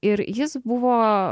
ir jis buvo